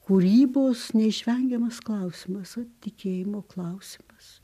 kūrybos neišvengiamas klausimas ot tikėjimo klausimas